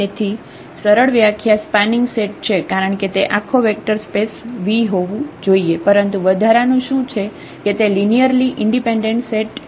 તેથી સરળ વ્યાખ્યા સ્પાનિંગ સેટ છે કારણ કે તે આખો વેક્ટર સ્પેસ V હોવું જોઈએ પરંતુ વધારાનું શું છે કે તે લિનિયરલી ઈન્ડિપેન્ડેન્ટ સેટ છે